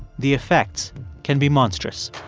the effects can be monstrous